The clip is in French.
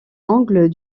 angle